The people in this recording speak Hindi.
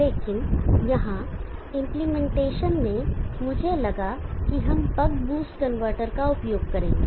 लेकिन यहाँ इंप्लीमेंटेशन में मुझे लगा कि हम बक बूस्ट कनवर्टर का उपयोग करेंगे